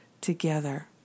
together